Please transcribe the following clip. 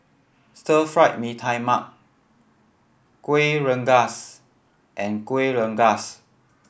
Stir Fried Mee Tai Mak Kuih Rengas and Kuih Rengas